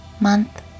Month